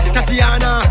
Tatiana